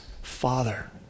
Father